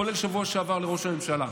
כולל בשבוע שעבר לראש הממשלה: